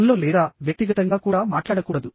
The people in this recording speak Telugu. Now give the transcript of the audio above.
ఫోన్లో లేదా వ్యక్తిగతంగా కూడా మాట్లాడకూడదు